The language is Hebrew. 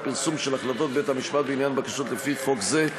חובת פרסום של החלטות בית-המשפט בעניין בקשות לפי חוק זה,